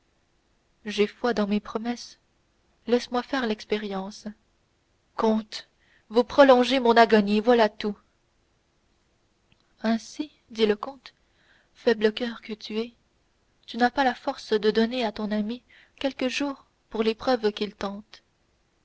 j'ai foi dans mes promesses laisse-moi faire l'expérience comte vous prolongez mon agonie voilà tout ainsi dit le comte faible coeur que tu es tu n'as pas la force de donner à ton ami quelques jours pour l'épreuve qu'il tente